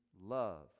love